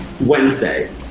Wednesday